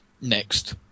next